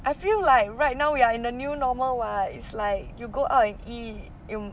I feel like right now we are in the new normal what it's like you go out and eat you